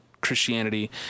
Christianity